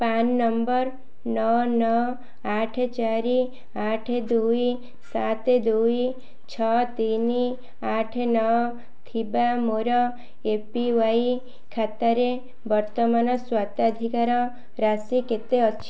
ପାନ୍ number ନଅ ନଅ ଆଠ ଚାରି ଆଠ ଦୁଇ ସାତ ଦୁଇ ଛଅ ତିନି ଆଠ ନଅ ଥିବା ମୋର ଏ ପି ୱାଇ ଖାତାରେ ବର୍ତ୍ତମାନ ସ୍ୱତ୍ୱାଧିକାର ରାଶି କେତେ ଅଛି